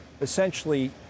essentially